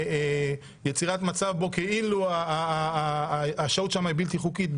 בגלל יצירת מצב בו כאילו השהות שם היא בלתי חוקית,